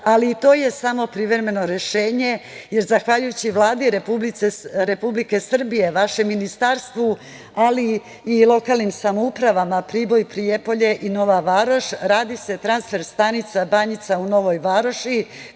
ali to je samo privremeno rešenje, jer zahvaljujući Vladi Republike Srbije, vašem ministarstvu, ali i lokalnim samoupravama, Priboj, Prijepolje i Nova Varoš, radi se transfer stanica Banjica u Novoj Varoši